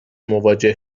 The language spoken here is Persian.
مواجه